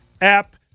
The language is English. app